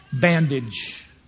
Bandage